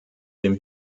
dem